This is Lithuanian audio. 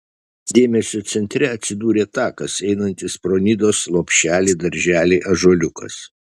dėmesio centre atsidūrė takas einantis pro nidos lopšelį darželį ąžuoliukas